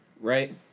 Right